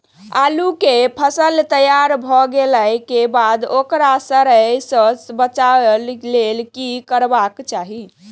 आलू केय फसल तैयार भ गेला के बाद ओकरा सड़य सं बचावय लेल की करबाक चाहि?